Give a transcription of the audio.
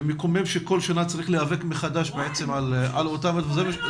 ומקומם שכל שנה צריך להיאבק מחדש על אותם הדברים.